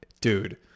dude